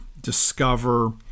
discover